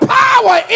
power